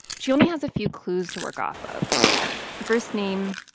she only has a few clues to work off of a first name,